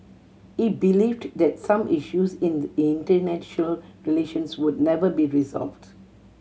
he believed that some issues in the international relations would never be resolved